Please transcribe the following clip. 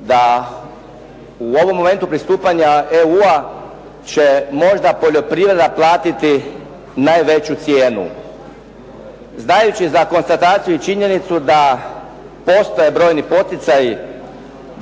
da u ovom momentu pristupanja EU-a će možda poljoprivreda platiti najveću cijenu. Znajući za konstataciju i činjenicu da postoje brojni poticaji,